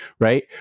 right